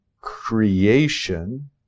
creation